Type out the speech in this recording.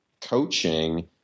coaching